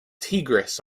tigris